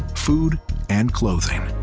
food and clothing.